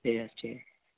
ঠিক আছে ঠিক আছে